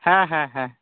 ᱦᱮᱸᱦᱮᱸ ᱦᱮᱸ